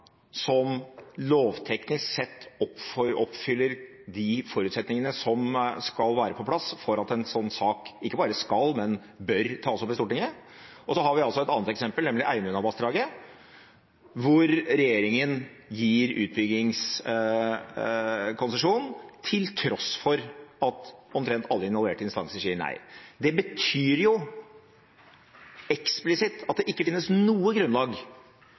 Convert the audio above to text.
som lovteknisk sett oppfyller de forutsetningene som skal være på plass for at en sånn sak ikke bare skal, men bør, tas opp i Stortinget. Og så har vi altså et annet eksempel, nemlig Einunnavassdraget, hvor regjeringen gir utbyggingskonsesjon til tross for at omtrent alle involverte instanser sier nei. Det betyr eksplisitt at det ikke finnes noe grunnlag